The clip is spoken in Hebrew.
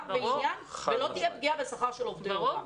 ועניין ולא תהיה פגיעה בשכר של עובדי הוראה.